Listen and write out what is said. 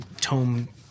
tome